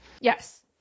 Yes